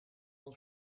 een